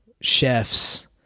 chefs